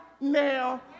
now